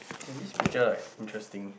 can this picture like interesting